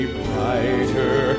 brighter